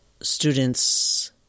students